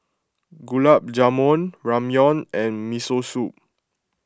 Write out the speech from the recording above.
Gulab Jamun Ramyeon and Miso Soup